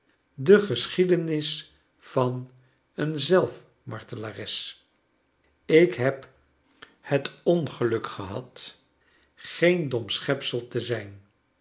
de geschiedenis van een zelf martelares ik heb het ongeluk gehad geen dom schepsel te zijn